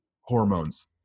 hormones